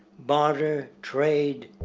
barter, trade,